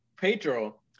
Pedro